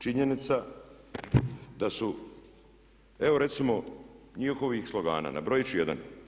Činjenica da su, evo recimo njihovih slogana, nabrojati ću jedan.